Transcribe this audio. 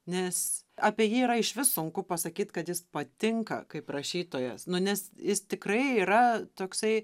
nes apie jį yra išvis sunku pasakyt kad jis patinka kaip rašytojas nu nes jis tikrai yra toksai